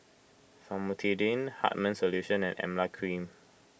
Famotidine Hartman's Solution and Emla Cream